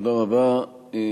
תודה רבה,